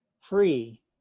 free